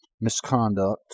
misconduct